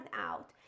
out